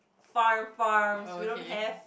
okay